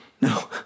No